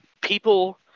people